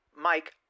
Mike